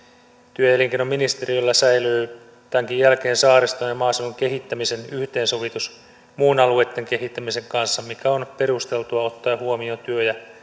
työ ja elinkeinoministeriöllä säilyy tämänkin jälkeen saariston ja ja maaseudun kehittämisen yhteensovitus muun alueitten kehittämisen kanssa mikä on perusteltua ottaen huomioon työ ja